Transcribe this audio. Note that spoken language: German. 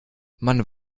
man